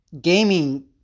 Gaming